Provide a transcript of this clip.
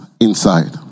inside